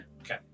Okay